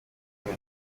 wiwe